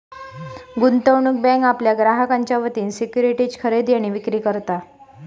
गुंतवणूक बँक आपल्या ग्राहकांच्या वतीन सिक्युरिटीज खरेदी आणि विक्री करता